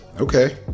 Okay